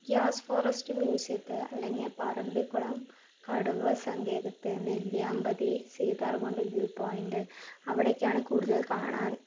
gas forest മ്യൂസിയത്ത് അല്ലെങ്കിൽ പറമ്പിക്കുളം കടുവ സങ്കേതത്തിൽ നെല്ലിയാമ്പതി സീതാർകുണ്ഡ് വ്യൂ പോയിൻറ്റ് അവിടെയൊക്കെയാണ് കൂടുതൽ കാണാൻ